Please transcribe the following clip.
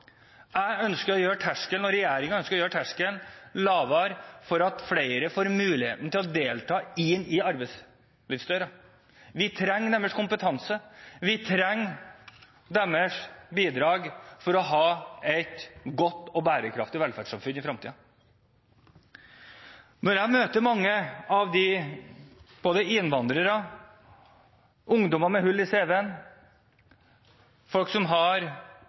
– ønsker å gjøre terskelen lavere for at flere får muligheten til å delta inn gjennom arbeidslivsdøra. Vi trenger deres kompetanse. Vi trenger deres bidrag for å ha et godt og bærekraftig velferdssamfunn i fremtiden. Jeg møter mange innvandrere, ungdommer med hull i CV-en og folk som har